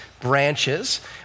branches